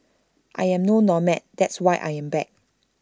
I am no nomad that's why I am back